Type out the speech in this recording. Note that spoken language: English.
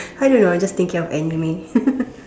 I don't know I just thinking of anime